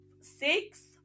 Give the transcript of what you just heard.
six